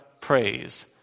Praise